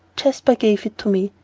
jasper gave it to me.